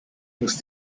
angst